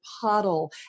puddle